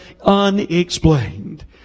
Unexplained